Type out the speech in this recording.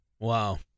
Wow